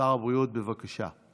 שר הבריאות, בבקשה.